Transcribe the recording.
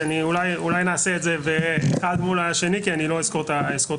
אולי נעשה את זה באחד מול השני כי אני לא אזכור את השאלות.